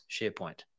SharePoint